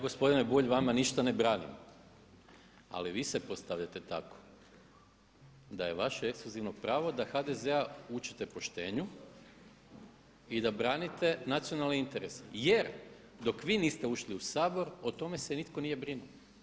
gospodine Bulj vama ništa ne branim, ali vi se postavljate tako da je vaše ekskluzivno pravo da HDZ učite poštenju i da branite nacionalne interese jer dok vi niste ušli u Sabor o tome se nitko nije brinuo.